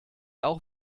auch